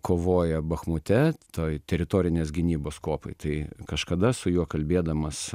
kovoja bachmute toj teritorinės gynybos kuopoj tai kažkada su juo kalbėdamas